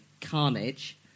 carnage